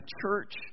church